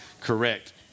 correct